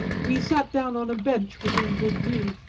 we sat down on a bench within good view,